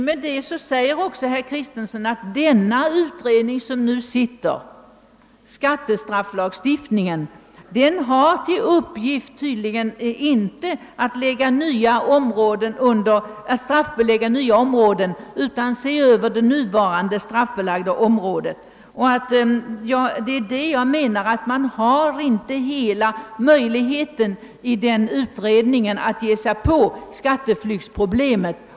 Herr Kristenson säger också att den utredning som nu sitter — skattestrafflagutredningen — tydligen inte har till uppgift att straffbelägga nya områden, utan har att se över det nuvarande straffbelagda området. Enligt min mening förfogar man inom denna utredning inte över alla de möjligheter som behövs för att kunna ge sig in på skatteflyktproblemet.